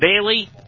Bailey